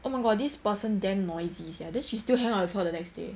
oh my god this person damn noisy sia then she still hang out with her the next day